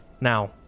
Now